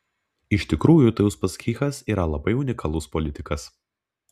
iš tikrųjų tai uspaskichas yra labai unikalus politikas